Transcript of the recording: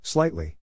Slightly